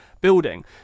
building